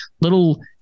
little